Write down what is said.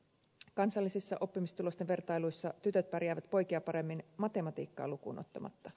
kansallisissa oppimistulosten vertailuissa tytöt pärjäävät poikia paremmin matematiikkaa lukuun ottamatta